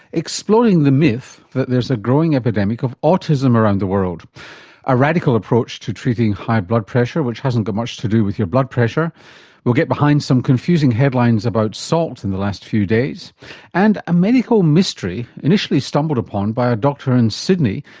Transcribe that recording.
exploding the myth that there's a growing epidemic of autism around the world a radical approach to treating high blood pressure which hasn't got much to do with your blood pressure we'll get behind some confusing headlines about salt in the last few days and a medical mystery, initially stumbled upon by a doctor in sydney,